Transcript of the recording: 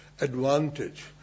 advantage